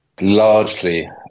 largely